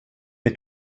est